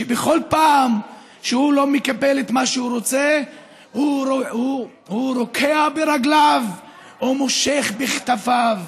שבכל פעם שהוא לא מקבל את מה שהוא רוצה הוא רוקע ברגליו ומושך בכתפיו,